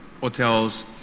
hotels